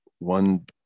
one